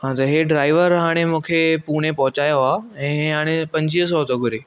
हे driver हाणे मूंखे पुणे पहुचायो आहे ऐं हाणे पंजवीह सौ थो घुरे